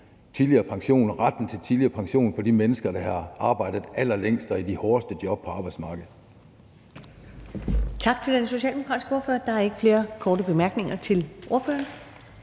retten til tidligere pension for de mennesker, der har arbejdet allerlængst og i de hårdeste job på arbejdsmarkedet.